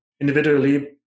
individually